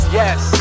yes